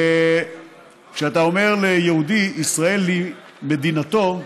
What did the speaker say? וכשאתה אומר ליהודי, שישראל היא מדינתו,